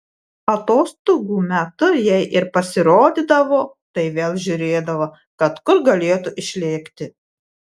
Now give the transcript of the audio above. atostogų metu jei ir pasirodydavo tai vėl žiūrėdavo kad kur galėtų išlėkti